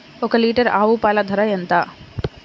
ఒక్క లీటర్ ఆవు పాల ధర ఎంత?